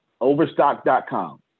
Overstock.com